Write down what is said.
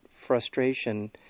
frustration